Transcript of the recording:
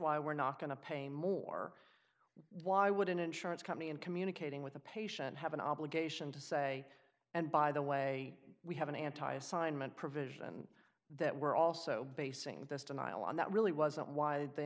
why we're not going to pay more why would an insurance company and communicating with a patient have an obligation to say and by the way we have an anti assignment provision that we're also basing this denial on that really wasn't why the